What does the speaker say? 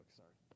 sorry